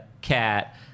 cat